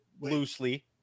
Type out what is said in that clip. loosely